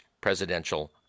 presidential